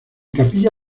capilla